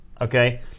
Okay